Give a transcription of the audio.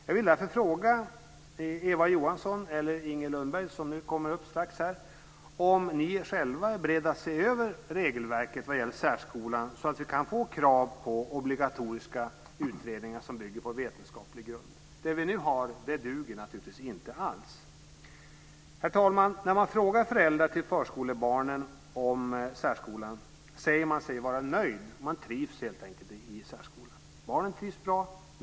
Jag vill därför fråga Eva Johansson eller Inger Lundberg, som strax kommer upp i debatten, om ni själva är beredda att se över regelverket vad gäller särskolan så att vi kan få krav på obligatoriska utredningar som bygger på vetenskaplig grund. Det vi nu har duger inte alls. Herr talman! När man frågar föräldrar till särskolebarnen om särskolan säger de sig vara nöjda. Barnen trivs helt enkelt bra i särskolan.